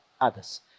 Others